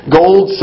gold